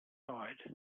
side